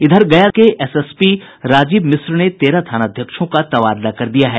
वहीं गया के एसएसपी राजीव मिश्र ने तेरह थानाध्यक्षों का तबादला कर दिया है